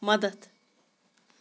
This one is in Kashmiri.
مدد